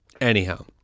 anyhow